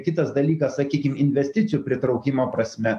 kitas dalykas sakykim investicijų pritraukimo prasme